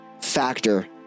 factor